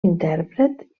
intèrpret